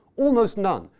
almost none.